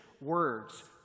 words